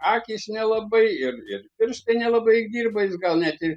akys nelabai ir ir pirštai nelabai dirba jis gal net ir